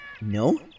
No